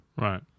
right